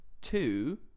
two